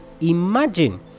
imagine